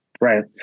Right